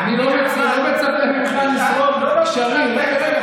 אני לא מצפה ממך לשרוף גשרים,